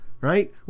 right